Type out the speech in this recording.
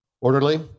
Orderly